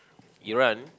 Iran